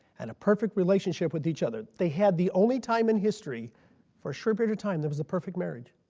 and a perfect relationship with each other. they had the only time in history for a short period of time where there was the perfect marriage.